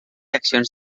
accions